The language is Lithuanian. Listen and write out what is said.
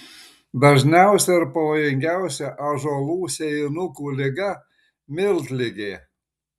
dažniausia ir pavojingiausia ąžuolų sėjinukų liga miltligė